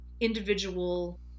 individual